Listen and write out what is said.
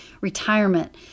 retirement